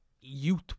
youth